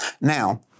Now